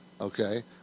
Okay